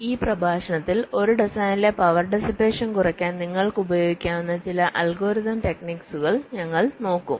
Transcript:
ഈ പ്രഭാഷണത്തിൽ ഒരു ഡിസൈനിലെ പവർ ഡിസ്പേഷൻ കുറയ്ക്കാൻ നിങ്ങൾക്ക് ഉപയോഗിക്കാവുന്ന ചില അൽഗോരിതം ടെക്നിക്കുകൾ ഞങ്ങൾ നോക്കും